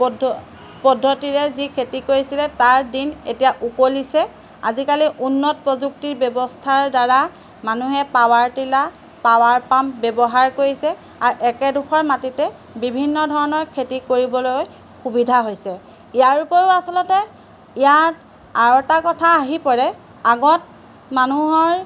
পদ্ধ পদ্ধতিৰে যি খেতি কৰিছিলে তাৰ দিন এতিয়া উকলিছে আজিকালি উন্নত প্ৰযুক্তিৰ ব্যৱস্থাৰদ্বাৰা মানুহে পাৱাৰ টিলাৰ পাৱাৰ পাম্প ব্যৱহাৰ কৰিছে আৰু একেডোখৰ মাটিতে বিভিন্ন ধৰণৰ খেতি কৰিবলৈ সুবিধা হৈছে ইয়াৰ উপৰিও আচলতে ইয়াত আৰু এটা কথা আহি পৰে আগত মানুহৰ